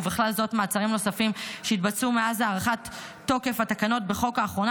ובכלל זאת מעצרים נוספים שהתבצעו מאז הארכת תוקף התקנות בחוק האחרונה,